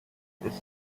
this